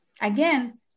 Again